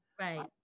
Right